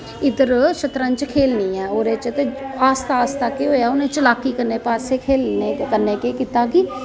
इधर शतंरज खेलनी ऐ ओहदे च आस्ता आस्ता के होआ उनें चलाकी कन्नै पास्से खेलने कन्नै केह् कीता कि